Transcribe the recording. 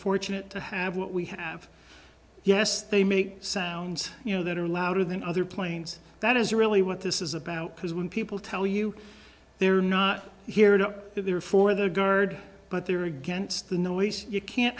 fortunate to have what we have yes they make sounds you know that are louder than other planes that is really what this is about because when people tell you they're not here to be there for the guard but they are against the noise you can't